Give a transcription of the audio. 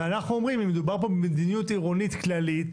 ואנחנו אומרים אם מדובר פה במדיניות עירונית כללית,